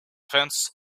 fence